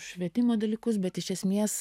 švietimo dalykus bet iš esmės